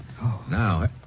Now